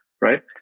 right